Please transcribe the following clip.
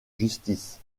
justice